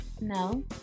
No